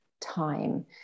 time